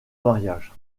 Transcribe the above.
mariage